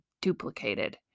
duplicated